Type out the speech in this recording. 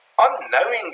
Unknowingly